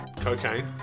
cocaine